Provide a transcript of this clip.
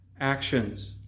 actions